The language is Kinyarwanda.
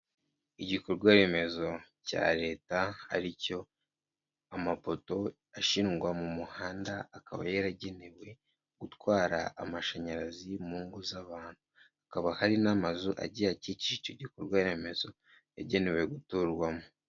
Igikorwa remezo cya leta ari cyo amapoto ashingwa mu muhanda, akaba yaragenewe gutwara amashanyarazi mu ngo z'abantu, hakaba hari n'amazu agiye akikije icyo gikorwa remezo yagenewe gutorwamo.